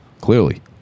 clearly